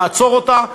נעצור אותה,